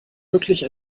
wirklich